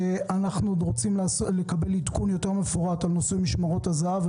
אנחנו רוצים לקבל עדכון יותר מפורט בנושא משמרות הזה"ב,